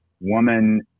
woman